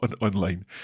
online